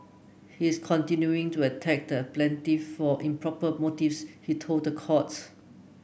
he is continuing to attack the plaintiff for improper motives he told the court